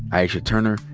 aisha turner,